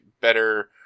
better